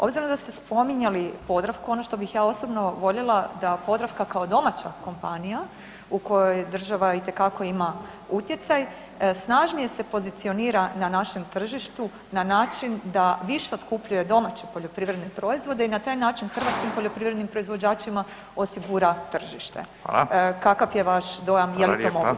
Obzirom da ste spominjali „Podravku“ ono što bih ja osobno voljela da „Podravka“ kao domaća kompanija u kojoj država itekako ima utjecaj snažnije se pozicionira na našem tržištu na način da više otkupljuje domaće poljoprivredne proizvode i na taj način hrvatskim poljoprivrednim proizvođačima osigura tržište [[Upadica: Fala]] Kakav je vaš dojam, je li to moguće?